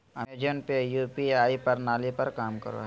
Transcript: Amazon Pay UPI प्रणाली पर काम करो हय